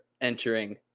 entering